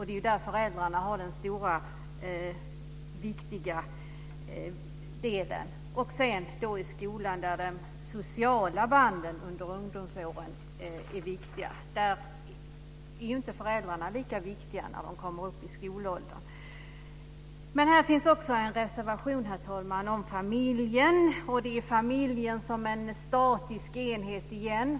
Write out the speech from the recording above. Det är där föräldrarna har den stora viktiga uppgiften. Sedan fortsätter det i skolan där de sociala banden är viktiga under ungdomsåren. När man kommer upp i skolåldern är ju inte föräldrarna lika viktiga. Herr talman! Här finns också en reservation om familjen. Den handlar om familjen som en statisk enhet igen.